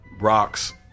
rocks